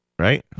Right